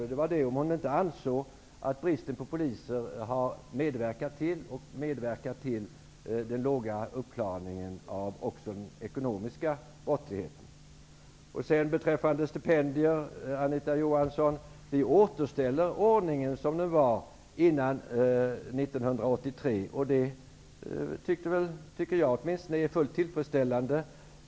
Jag undrade om hon inte ansåg att bristen på poliser har medverkat till den låga uppklarningen av också ekonomiska brott. Beträffande stipendier återställer vi ordningen som den var innan 1983. Det tycker åtminstone jag är fullt tillfredsställande.